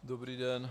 Dobrý den.